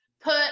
put